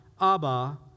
Abba